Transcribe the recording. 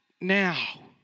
now